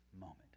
moment